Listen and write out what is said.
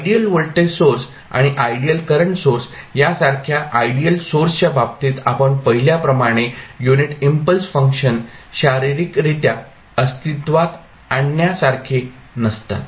ideal voltage source आणि ideal current source यासारख्या ideal सोर्सच्या बाबतीत आपण पाहिल्याप्रमाणे युनिट इम्पल्स फंक्शन शारीरिकरित्या अस्तित्वात आणण्यासारखे नसतात